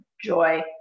joy